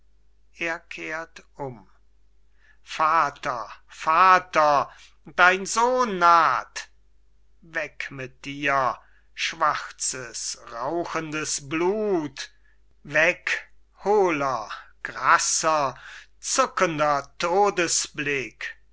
vater vater dein sohn naht weg mit dir schwarzes rauchendes blut weg hohler grasser zuckender todesblick